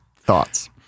thoughts